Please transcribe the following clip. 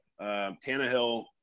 Tannehill